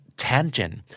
Tangent